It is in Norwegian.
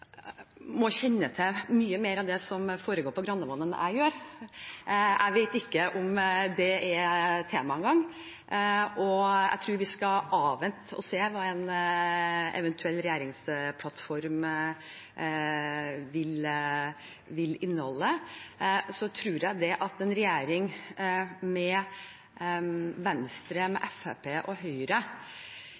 må kjenne til mye mer av det som foregår på Granavolden, enn det jeg gjør. Jeg vet ikke om det er tema engang, og jeg tror vi skal avvente og se hva en eventuell regjeringsplattform vil inneholde. Så tror jeg at en regjering med Venstre, Fremskrittspartiet og Høyre